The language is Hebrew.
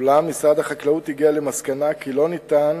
אולם משרד החקלאות הגיע למסקנה שלא ניתן